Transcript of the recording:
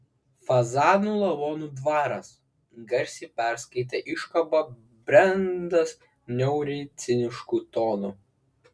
fazanų lavonų dvaras garsiai perskaitė iškabą brendas niauriai cinišku tonu